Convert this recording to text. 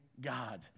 God